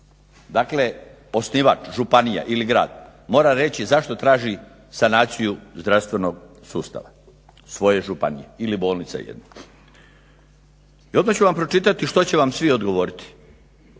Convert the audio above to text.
Dakle osnivač, županija ili grad, mora reći zašto traži sanaciju zdravstvenog sustava svoje županije ili bolnice jedno. Dotad ću vam pročitati što će vam svi odgovoriti.